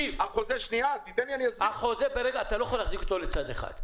אתה לא יכול להחזיק את החבל בשני קצותיו.